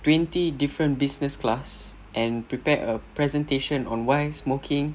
twenty different business class and prepared a presentation on why smoking